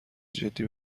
جدی